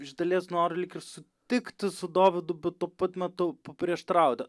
iš dalies noriu lyg ir sutikti su dovydu bet tuo pat metu paprieštarauti